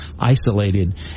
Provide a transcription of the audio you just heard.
isolated